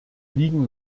liegen